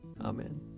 Amen